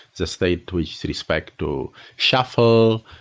the state with respect to shuffle,